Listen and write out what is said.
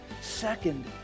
Second